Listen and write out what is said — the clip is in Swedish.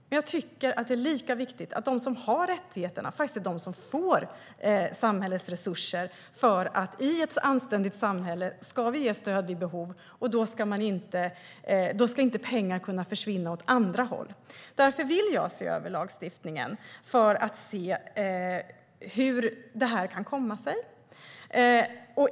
Men jag tycker att det är lika viktigt att de som har rättigheterna är de som får samhällets resurser, för i ett anständigt samhälle ska vi ge stöd vid behov, och då ska inte pengar kunna försvinna åt andra håll. Därför vill jag se över lagstiftningen, för att se hur detta kan komma sig.